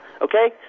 Okay